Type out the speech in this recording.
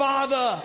Father